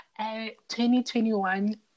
2021